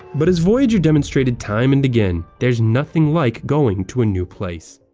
but as voyager demonstrated time and again, there's nothing like going to a new place.